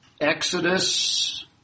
Exodus